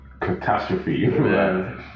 catastrophe